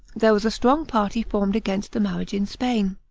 there was a strong party formed against the marriage in spain.